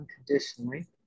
unconditionally